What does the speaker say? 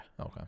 Okay